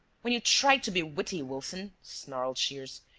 when you try to be witty, wilson, snarled shears,